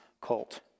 colt